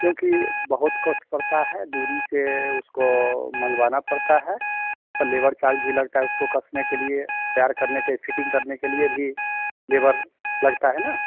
क्योंकि बहुत कॉस्ट पड़ता है दूरी से उसको मंगवाना पड़ता है और लेबर चार्ज भी लगता उसको कसने के लिए तैयार करने के फिटिंग करने के लिए भी लेवर लगता है ना